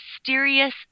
mysterious